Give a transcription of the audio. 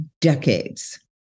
decades